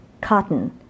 cotton